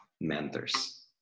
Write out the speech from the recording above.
mentors